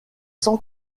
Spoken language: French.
sans